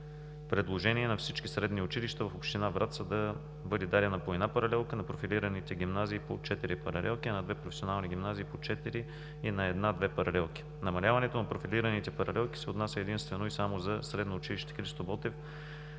предложение на всички средни училища в община Враца да бъде дадена по една паралелка, на профилираните гимназии – по четири паралелки, а на две професионални гимназии – по четири, и на една – две паралелки. Намаляването на профилираните паралелки се отнася единствено и само за Средно училище „Христо Ботев“